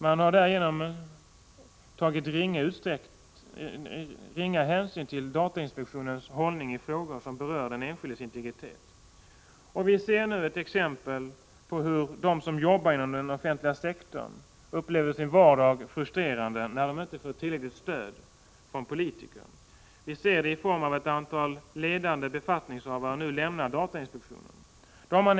Man har tagit ringa hänsyn till datainspektionens hållning i frågor som berör den enskildes integritet. Vi ser nu ett exempel på hur de som arbetar inom den offentliga sektorn upplever sin vardag som frustrerande, när de inte får tillräckligt stöd från politikerna. Ett antal ledande befattningshavare har lämnat datainspektionen.